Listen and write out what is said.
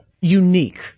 unique